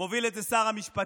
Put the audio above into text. מוביל את זה שר המשפטים,